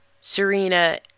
serena